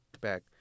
Back